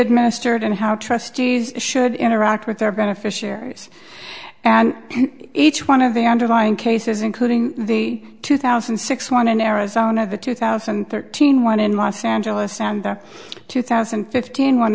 administered and how trustees should interact with their beneficiaries and each one of the underlying cases including the two thousand and six one in arizona the two thousand and thirteen one in los angeles and two thousand and fifteen